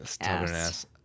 ass